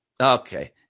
Okay